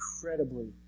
incredibly